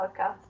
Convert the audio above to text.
podcast